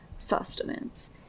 sustenance